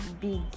big